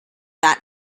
that